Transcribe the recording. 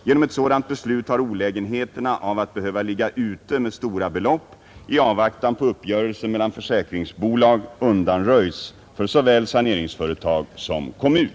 Genom ett sådant beslut har olägenheterna av att behöva ligga ute med stora belopp i avvaktan på uppgörelse mellan försäkringsbolag undanröjts för såväl saneringsföretag som kommun.